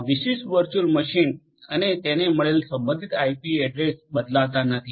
આ વિશિષ્ટ virtual machine અને તેને મળેલ સંબંધિત આઇપી એડ્રેસ્સ બદલાતા નથી